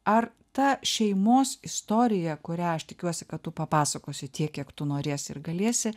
ar ta šeimos istorija kurią aš tikiuosi kad tu papasakosi tiek kiek tu norėsi ir galėsi